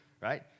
right